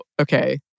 okay